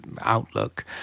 outlook